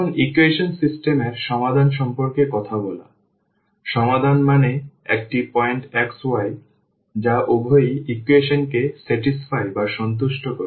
এখন equation system এর সমাধান সম্পর্কে কথা বলা সুতরাং সমাধান মানে একটি পয়েন্ট x y যা উভয় ইকুয়েশনকে সন্তুষ্ট করে